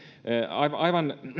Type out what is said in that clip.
aivan